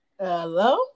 Hello